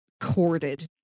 corded